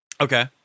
Okay